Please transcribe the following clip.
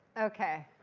ok.